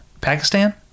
Pakistan